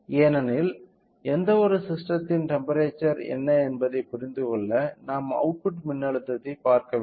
ஏனெனில் எந்த ஒரு ஸிஸ்டத்தின் டெம்ப்பெரேச்சர் என்ன என்பதைப் புரிந்து கொள்ள நாம் அவுட்புட் மின்னழுத்தத்தைப் பார்க்க வேண்டும்